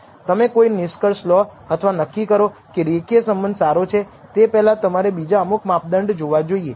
તમે કોઈ નિષ્કર્ષ લો અથવા નક્કી કરો કે રેખીય સંબંધ સારો છે તે પહેલા તમારે બીજા અમુક માપદંડ જોવા જોઈએ